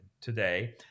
today